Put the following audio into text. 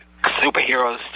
Superheroes